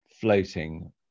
floating